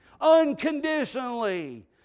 unconditionally